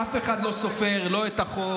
אף אחד לא סופר את החוק,